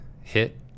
hit